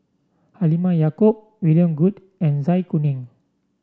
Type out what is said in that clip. Halimah Yacob William Goode and Zai Kuning